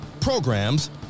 programs